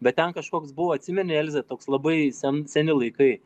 bet ten kažkoks buvo atsimeni elze toks labai sen seni laikai